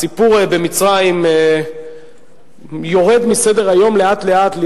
הסיפור במצרים יורד מסדר-היום לאט-לאט,